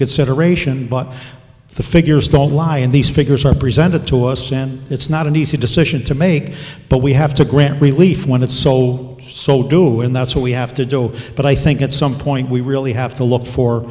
consideration but the figures don't lie in these figures are presented to us and it's not an easy decision to make but we have to grant relief when it's so so do it and that's what we have to do but i think at some point we really have to look for